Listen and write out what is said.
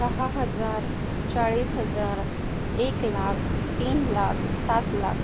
दहा हजार चाळीस हजार एक लाख तीन लाख सात लाख